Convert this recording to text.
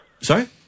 Sorry